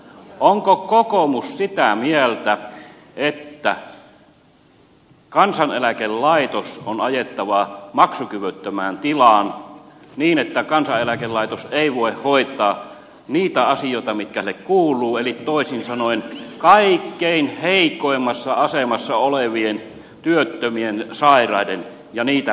onko kokoomus sitä mieltä että kansaneläkelaitos on ajettava maksukyvyttömään tilaan niin että kansaneläkelaitos ei voi hoitaa niitä asioita mitkä sille kuuluvat eli toisin sanoen kaikkein heikoimmassa asemassa olevien työttömien sairaiden asioita ja niitä velvoitteita